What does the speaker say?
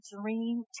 dream